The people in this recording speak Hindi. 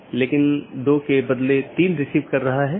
दूसरा BGP कनेक्शन बनाए रख रहा है